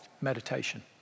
Meditation